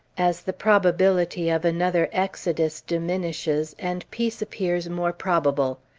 as the probability of another exodus diminishes, and peace appears more probable.